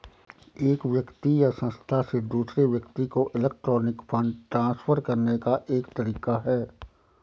एक व्यक्ति या संस्था से दूसरे व्यक्ति को इलेक्ट्रॉनिक फ़ंड ट्रांसफ़र करने का एक तरीका है